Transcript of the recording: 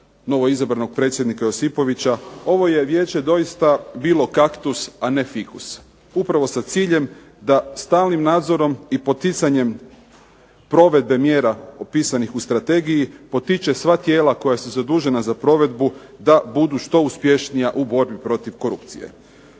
novoizabranog predsjednika Josipovića, ovo je vijeće doista bilo kaktus, a ne fikus, upravo sa ciljem da stalnim nadzorom i poticanjem provedbe mjera opisanih u strategiji potiče sva tijela koja su zadužena za provedbu da budu što uspješnija u borbi protiv korupcije.